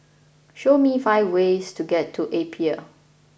show me five ways to get to Apia